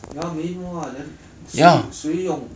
ya main what then 谁谁用